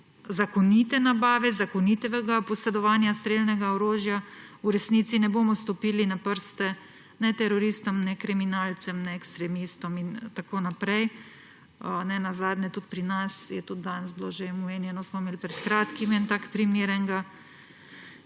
zakonite nabave, zakonitega posedovanja strelnega orožja v resnici ne bomo stopili na prste ne teroristom, ne kriminalcem, ne ekstremistom in tako naprej. Nenazadnje tudi pri nas, kot je bilo tudi danes že omenjeno, smo imeli pred kratkim en tak primere